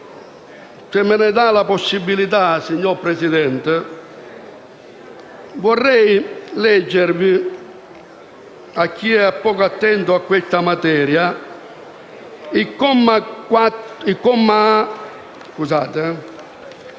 Se me ne dà la possibilità, signor Presidente, vorrei leggere a chi è poco attento a questa materia, la lettera